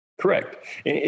Correct